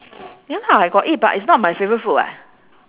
ya lah I got eat but it's not my favourite food [what]